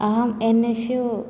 अहम् N S U